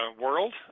world